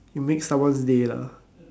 you make someone's day lah